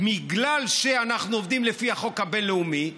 בגלל שאנחנו עובדים לפי החוק הבין-לאומי,